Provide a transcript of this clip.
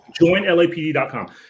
Joinlapd.com